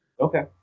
Okay